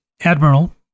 admiral